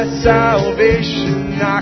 salvation